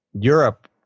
Europe